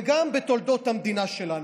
וגם בתולדות המדינה שלנו.